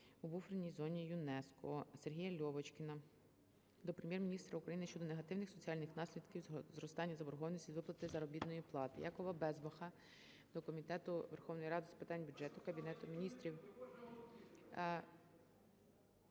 у буферній зоні ЮНЕСКО. Сергія Льовочкіна до Прем'єр-міністра України щодо негативних соціальних наслідків зростання заборгованості з виплати заробітної плати. Якова Безбаха до Комітету Верховної Ради з питань бюджету, Кабінету Міністрів…